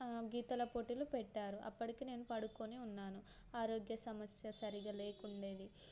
గీతల పోటీలు పెట్టారు అప్పటికి నేను పడుకుని ఉన్నాను ఆరోగ్య సమస్య సరిగా లేకుండా ఉండింది